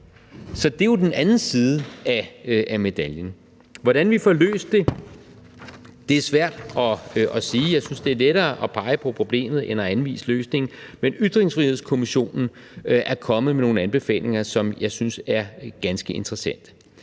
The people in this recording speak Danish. Så det er jo den anden side af medaljen. Hvordan vi får løst det, er svært at sige. Jeg synes, det er lettere at pege på problemet end at anvise løsningen, men Ytringsfrihedskommissionen er kommet med nogle anbefalinger, som jeg synes er ganske interessante.